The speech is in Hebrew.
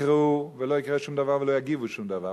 יקראו ולא יקרה שום דבר ולא יגידו שום דבר,